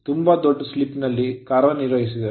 ತುಂಬಾ ದೊಡ್ಡ slip slip ನಲ್ಲಿ ಕಾರ್ಯನಿರ್ವಹಿಸಿದರೇ